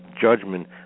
judgment